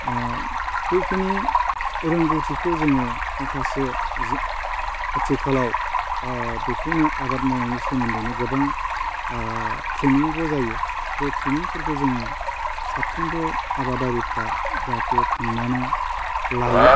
बेखिनि रोंगौथिखौ जोङो माखासे आथिखालाव बेखौनो आबाद मावनायनि सोमोन्दैनो गोबां ट्रेनिंबो जायो बे ट्रेनिंफोरखौ जोङो साफ्रोमबो आबादारिफोरा जाहाथे थांनानै लायो